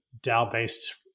DAO-based